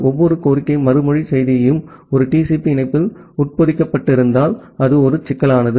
ஒவ்வொரு கோரிக்கை மறுமொழி செய்தியும் ஒரு TCP இணைப்பில் உட்பொதிக்கப்பட்டிருந்தால் அது ஒரு சிக்கலானது